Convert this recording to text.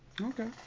Okay